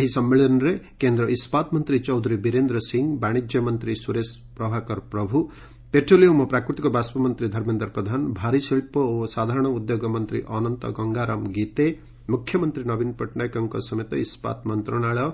ଏହି ସମ୍ମିଳନୀରେ କେନ୍ଦ ଇସ୍ସାତ ମନ୍ତୀ ଚୌଧୁରୀ ବିରେନ୍ଦ ସିଂ ବାଶିଜ୍ୟ ମନ୍ତୀ ସୁରେଶ ପ୍ରଭାକର ପ୍ରଭୁ ପେଟ୍ରୋଲିୟମ ଓ ପ୍ରାକୃତିକ ବାଷ୍ବ ମନ୍ତୀ ଧର୍ମେନ୍ଦ୍ର ପ୍ରଧାନ ଭାରି ଶିଳ୍ ଓ ସାଧାରଣ ଉଦ୍ୟୋଗ ମନ୍ତୀ ଅନନ୍ତ ଗଙ୍ଗାରାମ ଗୀତେ ମୁଖ୍ୟମନ୍ତୀ ନବୀନ ପଟ୍ଟନାୟକଙ୍କ ସମେତ ଇସ୍ସାତ ମନ୍ତଣାଳୟ